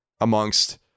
amongst